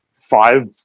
five